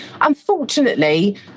unfortunately